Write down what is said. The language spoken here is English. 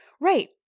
Right